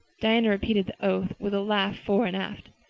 diana repeated the oath with a laugh fore and aft.